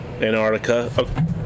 Antarctica